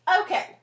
Okay